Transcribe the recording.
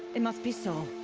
it must be so.